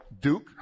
Duke